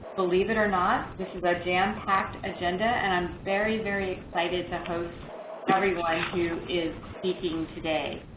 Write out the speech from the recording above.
believe it or not. this is a jam-packed agenda and i'm very, very excited to host everyone who is speaking today.